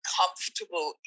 comfortable